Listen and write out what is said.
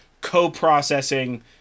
co-processing